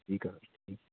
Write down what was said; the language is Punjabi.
ਠੀਕ ਆ